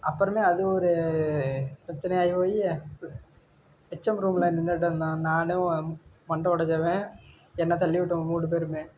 அப்புறமே அது ஒரு பிரச்சனையாக ஆகி போய் ஹெச்எம் ரூமில் நின்னுகிட்டு இருந்தோம் நான் மண்டை ஒடைஞ்சவேன் என்னை தள்ளி விட்டவேன் மூணு பேரும்